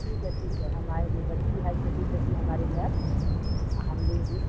ठीक है ठीक है हम आएँगे बच्ची है छोटी छोटी हमारे घर हम लेग